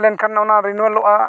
ᱞᱮᱱᱠᱷᱟᱱ ᱚᱱᱟ ᱚᱜᱼᱟ